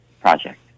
project